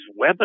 webinars